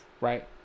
right